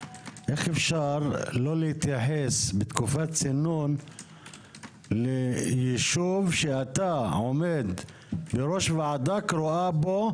איך אפשר לא להתייחס בתקופת צינון לישוב שאתה עומד בראש ועדה קרואה בו,